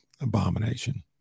Abomination